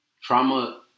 Trauma